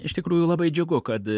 iš tikrųjų labai džiugu kad